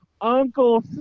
uncle